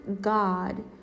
God